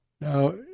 Now